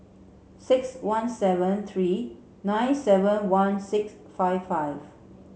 six one seven three nine seven one six five five